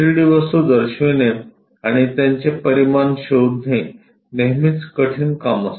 3 D वस्तू दर्शविणे आणि त्यांचे परिमाण शोधणे नेहमीच कठीण काम असते